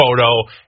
photo